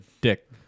dick